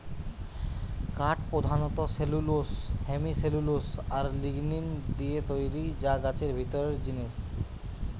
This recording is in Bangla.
কাঠ পোধানত সেলুলোস, হেমিসেলুলোস আর লিগনিন দিয়ে তৈরি যা গাছের ভিতরের জিনিস